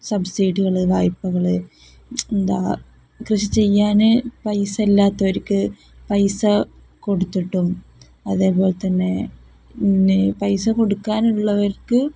സബ്സിഡികൾ വായ്പകൾ എന്താണ് കൃഷി ചെയ്യാൻ പൈസയില്ലാത്തവർക്ക് പൈസ കൊടുത്തിട്ടും അതേപോലെ തന്നെ പിന്നെ പൈസ കൊടുക്കാനുള്ളവർക്ക്